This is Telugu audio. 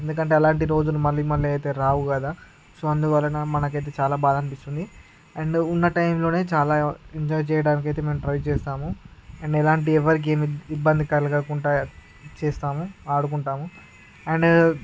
ఎందుకంటే అలాంటి రోజులు మళ్ళీ మళ్ళీ అయితే రావు కదా సో అందువలన మనకైతే చాలా బాధ అనిపిస్తుంది అండ్ ఉన్న టైంలో చాలా ఎంజాయ్ చేయడానికి అయితే మేము ట్రై చేస్తాము మేము ఎలాంటి ఎవరికీ ఏమి ఇబ్బంది కలగకుండా చేస్తాము ఆడుకుంటాము అండ్